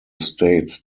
states